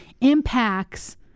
impacts